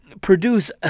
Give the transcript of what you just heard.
produce